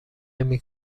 نمی